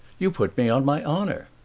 you put me on my honor!